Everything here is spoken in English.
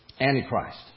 Antichrist